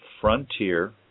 frontier